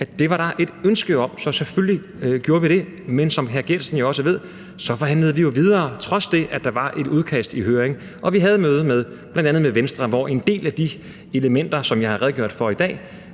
at der var et ønske om det, så selvfølgelig gjorde vi det, men som hr. Martin Geertsen jo også ved, forhandlede vi videre, på trods af at der var et udkast i høring. Og vi havde et møde bl.a. med Venstre, hvor en del af de elementer, som jeg har redegjort for i dag,